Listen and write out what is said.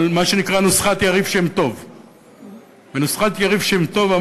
על מה שנקרא נוסחת יריב שם-טוב.